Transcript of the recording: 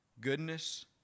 Goodness